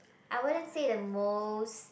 I wouldn't say the most